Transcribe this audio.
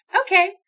Okay